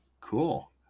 Cool